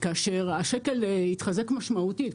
כאשר השקל התחזק משמעותית,